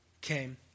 came